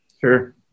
Sure